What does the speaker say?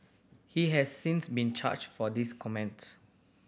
he has since been charged for this comments